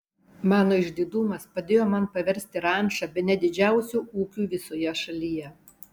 mano išdidumas padėjo man paversti rančą bene didžiausiu ūkiu visoje šalyje